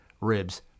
ribs